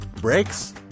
Brakes